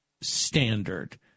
standard